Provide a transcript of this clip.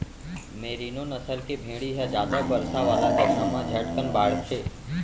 मेरिनों नसल के भेड़ी ह जादा बरसा वाला जघा म झटकन बाढ़थे